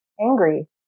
angry